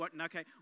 okay